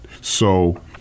So-